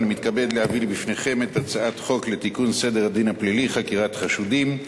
אני מתכבד להביא בפניכם הצעת חוק לתיקון סדר הדין הפלילי (חקירת חשודים)